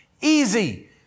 Easy